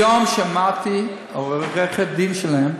היום שמעתי את עורכת הדין שלהם,